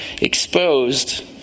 exposed